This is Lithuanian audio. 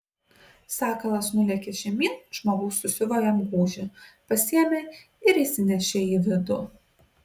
sakalas nulėkė žemyn žmogus susiuvo jam gūžį pasiėmė ir įsinešė į vidų